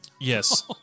Yes